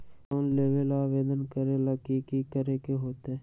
Loan लेबे ला आवेदन करे ला कि करे के होतइ?